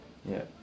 yup